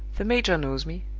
the major knows me.